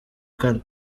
kane